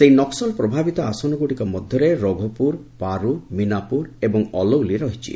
ସେହି ନକ୍କଲ ପ୍ରଭାବିତ ଆସନଗୁଡ଼ିକ ମଧ୍ୟରେ ରଘୋପୁର ପାରୁ ମୀନାପୁର ଏବଂ ଅଲୌଲୀ ରହିଛି